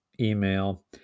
email